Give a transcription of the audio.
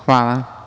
Hvala.